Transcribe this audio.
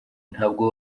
ntabwo